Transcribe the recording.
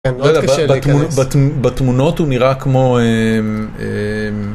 מאוד קשה להיכנס..בתמונות הוא נראה כמו...